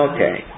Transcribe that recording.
Okay